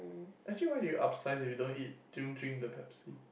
actually why you upsize if you don't eat don't drink the Pepsi